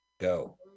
Go